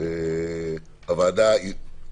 הצבעה התקנות אושרו.